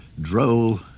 droll